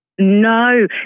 No